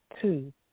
two